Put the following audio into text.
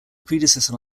predecessor